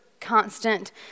constant